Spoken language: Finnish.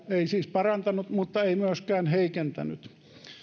ei siis parantanut mutta ei myöskään heikentänyt